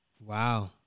Wow